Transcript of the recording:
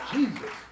Jesus